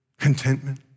contentment